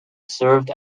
served